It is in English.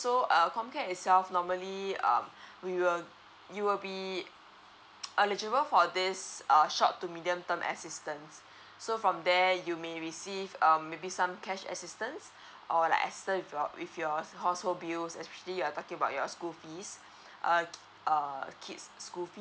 so uh comcare itself normally um we will you will be eligible for this uh short to medium term assistance so from there you may receive um maybe some cash assistance or like assistance with your with your household bills especially you're talking about your school fees uh err kids school fees